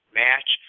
match